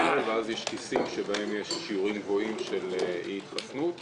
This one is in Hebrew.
ואז יש כיסים שבהם יש שיעורים גבוהים של אי-התחסנות,